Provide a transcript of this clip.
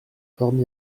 forme